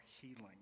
healing